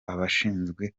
abashinzwe